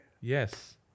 Yes